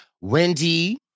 Wendy